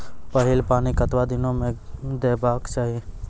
पहिल पानि कतबा दिनो म देबाक चाही?